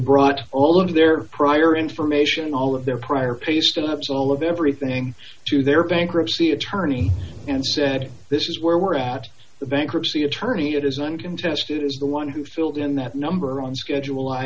brought all of their prior information all of their prior pay stubs all of everything to their bankruptcy attorney and said this is where we're at the bankruptcy attorney that is uncontested is the one who filled in that number on schedule i